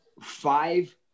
five